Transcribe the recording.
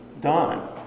done